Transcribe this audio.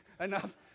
enough